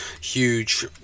huge